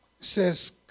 says